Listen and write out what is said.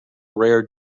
rare